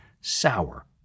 sour